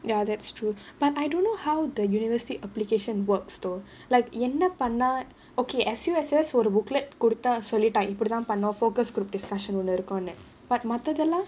ya that's true but I don't know how the university application works though like என்ன பண்ணா:enna pannaa okay S_U_S_S for the booklet குடுத்தான் சொல்லுடன் இப்டி தான் பண்ணனும்:kuduthaan sollithaan ipdi dhaan pannanum focus group discussion ஒன்னு இருக்கும்னு:onnu irukkumnu but மத்தது எல்லாம்:maththathu ellaam